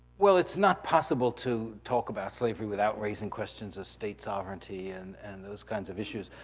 well, it's not possible to talk about slavery without raising questions of state sovereignty and and those kinds of issues.